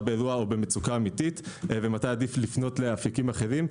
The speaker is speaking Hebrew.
באירוע ובמצוקה אמיתית ומתי עדיף לפנות לאפיקים אחרים.